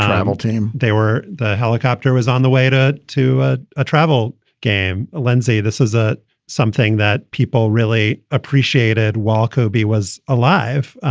travel team they were the helicopter was on the way to to a travel game. lindsey, this is ah something that people really appreciated while kobe was alive.